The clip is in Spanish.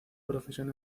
profesión